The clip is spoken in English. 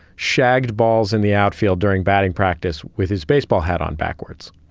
shagged balls in the outfield during batting practice with his baseball hat on backwards.